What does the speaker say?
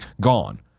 gone